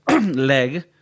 leg